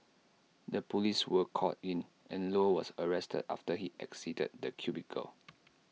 the Police were called in and low was arrested after he exited the cubicle